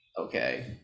Okay